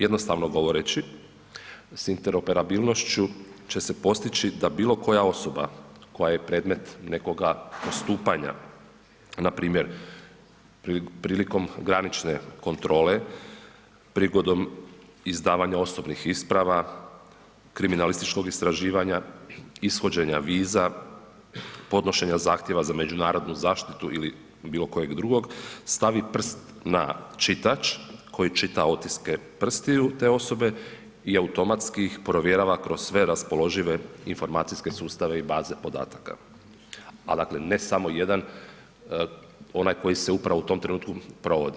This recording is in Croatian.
Jednostavno govoreći, sa interoperabilnošću će se postići da bilokoja osoba koja je predmet nekoga postupanja npr. prilikom granične kontrole, prigodom izdavanja osobnih isprava, kriminalističkog istraživanja, ishođenja viza, podnošenja zahtjeva za međunarodnu zaštitu ili bilokojeg drugog, stavi prst na čitač koji čita otiske prstiju te osobe i automatski ih provjerava kroz sve raspoložive informacijske sustave i baze podataka a dakle ne samo jedan onaj koji se upravo u tom trenutku provodi.